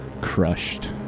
crushed